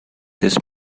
this